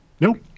Nope